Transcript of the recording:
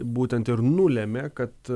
būtent ir nulemia kad